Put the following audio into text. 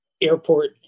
airport